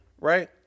right